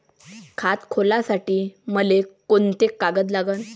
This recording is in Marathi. खात खोलासाठी मले कोंते कागद लागन?